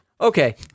Okay